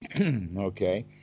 okay